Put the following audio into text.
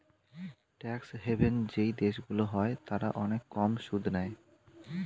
tax haven যেই দেশগুলো হয় তারা অনেক কম সুদ নেয়